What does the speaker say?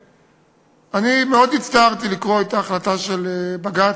אני מאוד הצטערתי לקרוא את ההחלטה של בג"ץ,